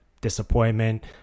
disappointment